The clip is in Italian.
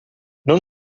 non